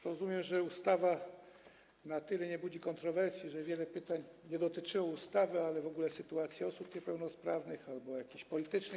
Rozumiem, że ustawa na tyle nie budzi kontrowersji, że wiele pytań nie dotyczyło ustawy, ale w ogóle sytuacji osób niepełnosprawnych albo sytuacji politycznej.